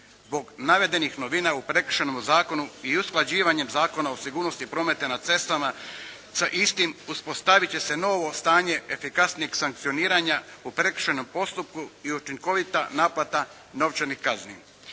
Zbog navedenih novina u Prekršajnom zakonu i usklađivanjem Zakona o sigurnosti prometa na cestama sa istim uspostavit će se novo stanje efikasnijeg sankcioniranja o prekršajnom postupku i učinkovita naplata novčanih kazni.